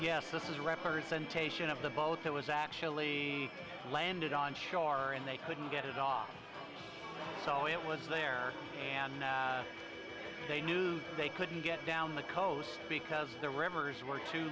yes this is a representation of the boat that was actually landed on shore and they couldn't get it off so it was there and they knew they couldn't get down the coast because the rivers were too